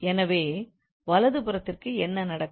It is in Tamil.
எனவே வலது புறத்திற்கு என்ன நடக்கும்